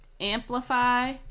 amplify